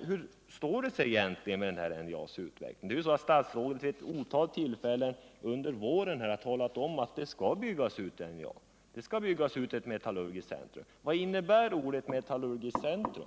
Hur är det egentligen med NJA:s utveckling? Statsrådet har vid ett otal tillfällen under våren talat om att NJA skall byggas ut. Det skall bl.a. byggas ut ett metallurgiskt centrum. Vad innebär då ordet metallurgiskt centrum?